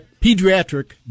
pediatric